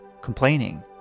complaining